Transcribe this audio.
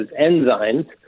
enzymes